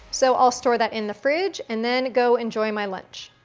so i'll store that in the fridge and then go enjoy my lunch.